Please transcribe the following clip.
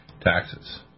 taxes